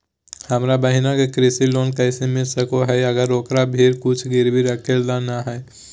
हमर बहिन के कृषि लोन कइसे मिल सको हइ, अगर ओकरा भीर कुछ गिरवी रखे ला नै हइ?